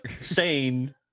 sane